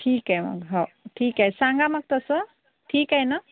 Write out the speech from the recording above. ठीक आहे मग हो ठीक आहे सांगा मग तसं ठीक आहे ना